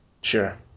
Sure